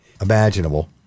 imaginable